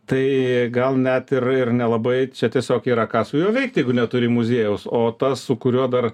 tai gal net ir ir nelabai čia tiesiog yra ką su juo veikti jeigu neturi muziejaus o tas su kuriuo dar